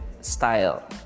style